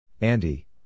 Andy